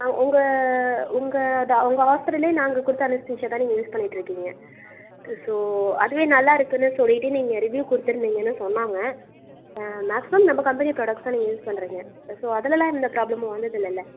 ஆ உங்கள் உங்கள் டா உங்கள் ஹாஸ்பிட்டல்லே நாங்கள் கொடுத்த அனஸ்தீஷியா தான் நீங்கள் யூஸ் பண்ணிகிட்ருக்கீங்க ஸோ அதுவே நல்லா இருக்குதுன்னு சொல்லிட்டு நீங்கள் ரிவியூவ் கொடுத்துருந்தீங்கன்னு சொன்னாங்க மேக்ஸிமம் நம்ம கம்பெனி ப்ராடக்ட்ஸ் தான் நீங்கள் யூஸ் பண்ணுறீங்க ஸோ அதெலலாம் எந்த ப்ராப்ளமும் வந்ததில்லல்லை